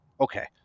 Okay